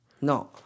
No